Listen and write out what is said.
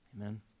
Amen